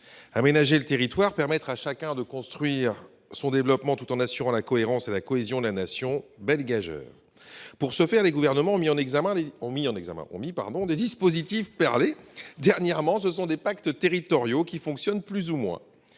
aménager le territoire, à permettre à chacun de construire son développement, tout en assurant la cohérence et la cohésion de la Nation ! Belle gageure ! Pour ce faire, les gouvernements ont mis en place des dispositifs perlés, à l’instar, dernièrement, des pactes territoriaux, qui fonctionnent plus ou moins.